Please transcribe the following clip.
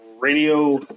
radio